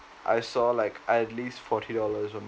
I saw like at least forty dollars